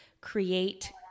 create